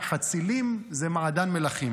חצילים זה מעדן מלכים.